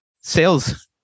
sales